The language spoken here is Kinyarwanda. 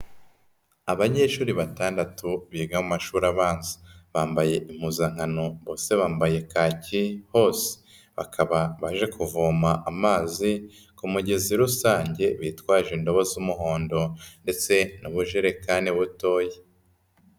Abanyeshuri batandatu biga mu mashuri abanza bambaye impuzankano bose bambaye kaki hose. Bakaba baje kuvoma amazi ku mugezi rusange bitwaje indobo z'umuhondo ndetse n'ubujerekani butoya.